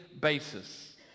basis